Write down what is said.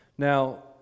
Now